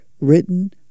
written